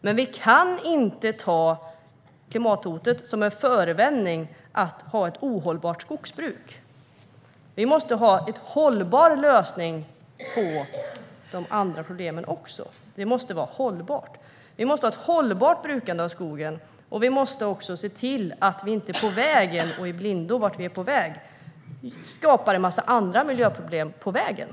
Men vi kan inte ta klimathotet som en förevändning för att ha ett ohållbart skogsbruk. Vi måste ha en hållbar lösning också på de andra problemen. Det måste vara hållbart. Vi måste ha ett hållbart brukande av skogen. Vi måste också se till att vi inte gör det i blindo, inte ser vart vi är på väg och skapar en massa andra miljöproblem på vägen.